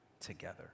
together